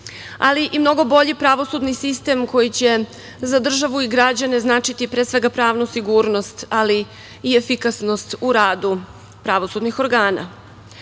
ali i mnogo bolji pravosudni sistem koji će za državu i građane značiti, pre svega, pravnu sigurnost, ali i efikasnost u radu pravosudnih organa. Borba